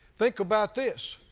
think about this.